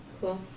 cool